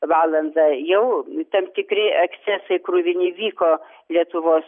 valandą jau tam tikri ekscesai kruvini vyko lietuvos